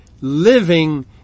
living